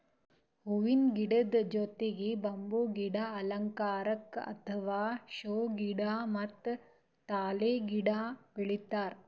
ಹೂವಿನ ಗಿಡದ್ ಜೊತಿಗ್ ಬಂಬೂ ಗಿಡ, ಅಲಂಕಾರಿಕ್ ಅಥವಾ ಷೋ ಗಿಡ ಮತ್ತ್ ತಾಳೆ ಗಿಡ ಬೆಳಿತಾರ್